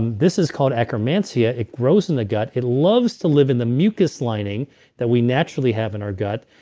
this is called akkermansia. it grows in the gut. it loves to live in the mucus lining that we naturally have in our gut.